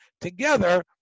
together